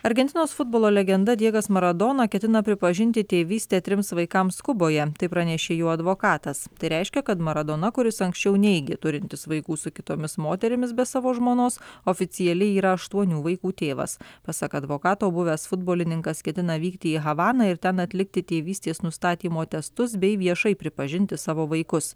argentinos futbolo legenda diegas maradona ketina pripažinti tėvystę trims vaikams kuboje tai pranešė jų advokatas tai reiškia kad maradona kuris anksčiau neigė turintis vaikų su kitomis moterimis be savo žmonos oficialiai yra aštuonių vaikų tėvas pasak advokato buvęs futbolininkas ketina vykti į havaną ir ten atlikti tėvystės nustatymo testus bei viešai pripažinti savo vaikus